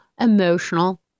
emotional